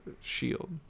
shield